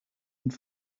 und